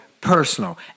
personal